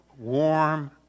warm